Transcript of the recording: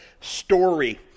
story